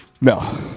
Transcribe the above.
No